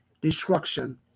destruction